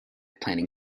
planning